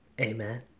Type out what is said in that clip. Amen